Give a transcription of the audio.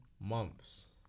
Months